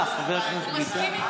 בבקשה, חבר הכנסת ביטן.